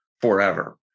forever